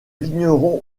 vignerons